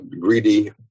greedy